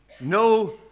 no